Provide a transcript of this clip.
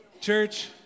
Church